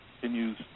continues